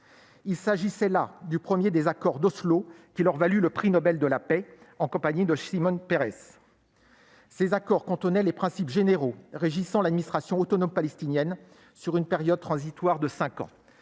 Il s'agissait là du premier des accords d'Oslo, qui leur valut le prix Nobel de la Paix, en compagnie de Shimon Peres. Ces accords contenaient les principes généraux régissant l'administration autonome palestinienne, sur une période transitoire de cinq ans.